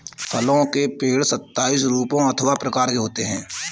फलों के पेड़ सताइस रूपों अथवा प्रकार के होते हैं